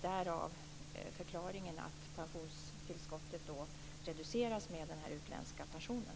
Därav förklaringen till att pensionstillskottet reduceras med den utländska pensionen.